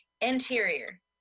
Interior